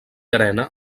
arena